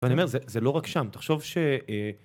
ואני אומר, זה לא רק שם, תחשוב